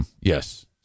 Yes